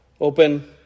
Open